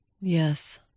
Yes